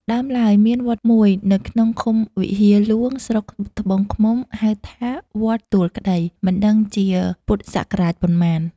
ដើមឡើយ មានវត្តមួយនៅក្នុងឃុំវិហារហ្លួង ស្រុកត្បូងឃ្មុំ ហៅថា “វត្តទួលក្ដី” (មិនដឹងពីពុទ្ធសករាជប៉ុន្មាន) ។